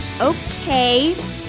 Okay